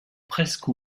presque